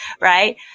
Right